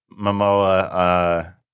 Momoa